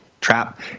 Trap